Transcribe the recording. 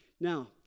Now